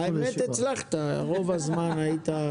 האמת שהצלחת רוב הזמן.